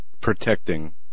protecting